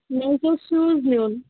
مےٚ حظ اوس شوٗز نیُن